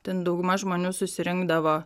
ten dauguma žmonių susirinkdavo